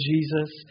Jesus